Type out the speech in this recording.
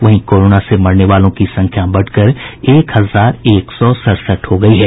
वहीं कोरोना से मरने वालों की संख्या बढ़कर एक हजार एक सौ सड़सठ हो गयी है